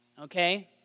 Okay